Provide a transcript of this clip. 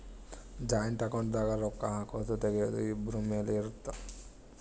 joint account ದಾಗ ರೊಕ್ಕ ಹಾಕೊದು ತೆಗಿಯೊದು ಇಬ್ರು ಮೇಲೆ ಇರುತ್ತ